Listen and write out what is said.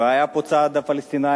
והיה פה הצד הפלסטיני,